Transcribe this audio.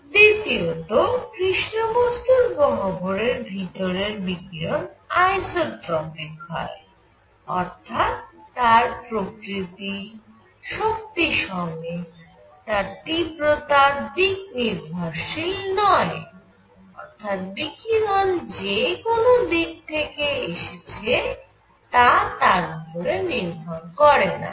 দ্বিতীয়ত কৃষ্ণ বস্তু গহ্বরের ভিতরে বিকিরণ আইসোট্রপিক হয় অর্থাৎ তার প্রকৃতি শক্তি সমেত মানে তীব্রতা দিক নির্ভরশীল না অর্থাৎ বিকিরণ কোন দিক থেকে এসছে তার উপর নির্ভর করেনা